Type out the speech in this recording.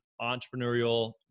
entrepreneurial